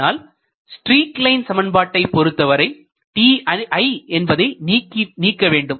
ஆனால் streak line சமன்பாட்டை பொருத்தவரை ti என்பதை நீக்க வேண்டும்